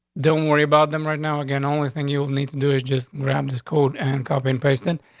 don't worry about them. right now. again. only thing you'll need to do is just grab this code and copy and paste in,